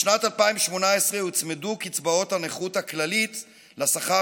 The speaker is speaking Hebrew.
בשנת 2018 הוצמדו קצבאות הנכות הכללית לשכר